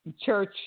church